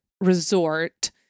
resort